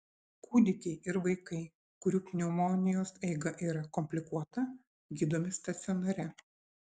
kūdikiai ir vaikai kurių pneumonijos eiga yra komplikuota gydomi stacionare